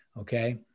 Okay